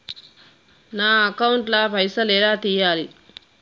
నా అకౌంట్ ల పైసల్ ఎలా తీయాలి?